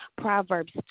Proverbs